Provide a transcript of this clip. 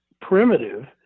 primitive